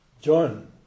John